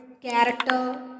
character